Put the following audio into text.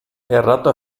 errato